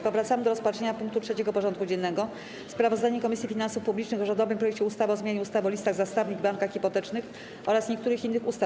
Powracamy do rozpatrzenia punktu 3. porządku dziennego: Sprawozdanie Komisji Finansów Publicznych o rządowym projekcie ustawy o zmianie ustawy o listach zastawnych i bankach hipotecznych oraz niektórych innych ustaw.